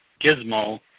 gizmo